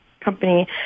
company